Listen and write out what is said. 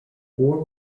fore